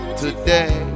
today